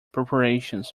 preparations